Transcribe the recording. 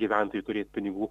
gyventojai turės pinigų